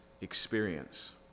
experience